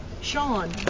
Sean